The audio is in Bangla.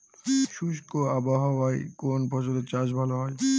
শুষ্ক আবহাওয়ায় কোন ফসলের চাষ ভালো হয়?